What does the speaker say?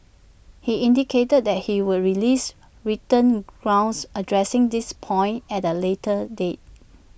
he indicated that he would release written grounds addressing this point at A later date